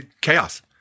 Chaos